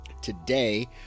today